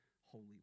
Holy